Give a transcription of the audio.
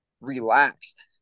relaxed